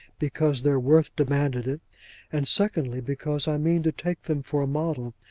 because their worth demanded it and secondly, because i mean to take them for a model,